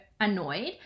annoyed